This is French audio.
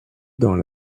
dans